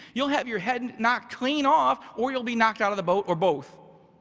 you'll have your head and not clean off, or you'll be knocked out of the boat or both.